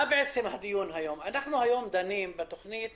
היום דנים בתכנית